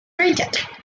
printed